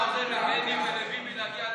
אתה עוזר לבני ולביבי להגיע להסכם,